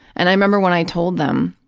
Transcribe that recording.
and i remember when i told them,